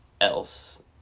else